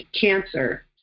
cancer